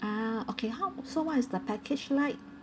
ah okay how so what is the package like